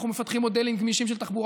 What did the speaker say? אנחנו מפתחים מודלים גמישים של תחבורה